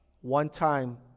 one-time